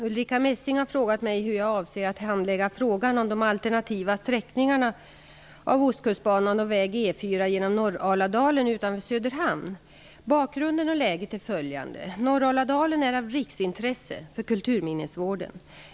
Ulrica Messing har frågat mig hur jag avser att handlägga frågan om de alternativa sträckningarna av Ostkustbanan och väg E 4 genom Norraladalen utanför Söderhamn. Bakgrunden och läget är följande. Norraladalen är av riksintresse för kulturminnesvården.